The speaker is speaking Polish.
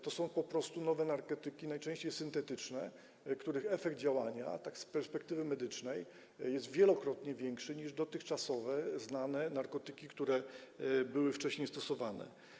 To są po prostu nowe narkotyki, najczęściej syntetyczne, których efekt działania z perspektywy medycznej jest wielokrotnie większy niż w przypadku dotychczas znanych narkotyków, które były wcześniej stosowane.